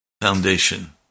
foundation